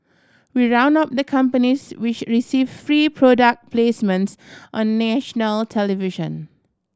we round up the companies which receive free product placements on national television